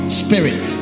spirit